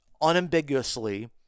unambiguously